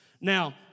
Now